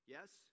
Yes